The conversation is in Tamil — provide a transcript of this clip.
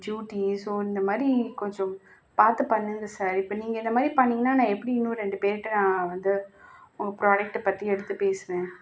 டியூட்டி ஸோ இந்தமாதிரி கொஞ்சம் பார்த்து பண்ணுங்கள் சார் இப்போ நீங்கள் இந்தமாதிரி பண்ணீங்கன்னால் நான் எப்படி இன்னும் ரெண்டு பேர்கிட்ட நான் வந்து உங்கள் ப்ராடக்ட்டை பற்றி எடுத்து பேசுவேன்